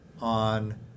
on